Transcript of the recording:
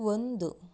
ಒಂದು